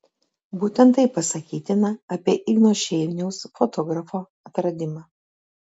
būtent tai pasakytina apie igno šeiniaus fotografo atradimą